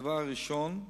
הדבר הראשון,